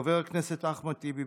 חבר הכנסת אחמד טיבי,